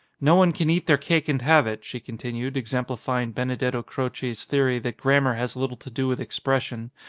no one can eat their cake and have it, she continued, exemplifying benedetto croce's the ory that grammar has little to do with expression,